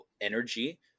energy